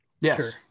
yes